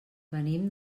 venim